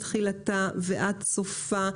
מתחילתה ועד סופה,